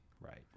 Right